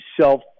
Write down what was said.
self